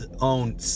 own